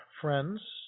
friends